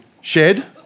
shed